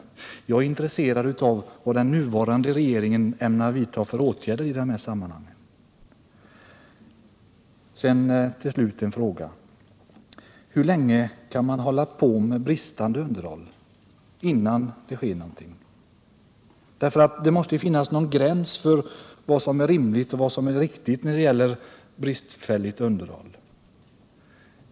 Vad jag är intresserad av är vilka åtgärder den nuvarande regeringen ämnar vidta i sammanhanget. Sedan till slut en fråga: Hur länge kan man nöja sig med bristande underhåll innan det sker någonting? Det måste väl finnas en gräns för vad som är rimligt och riktigt när det gäller bristfälligt underhåll?